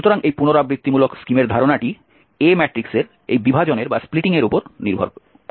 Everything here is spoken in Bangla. সুতরাং এই পুনরাবৃত্তিমূলক স্কিমের ধারণাটি A ম্যাট্রিক্সের এই বিভাজনের উপর ভিত্তি করে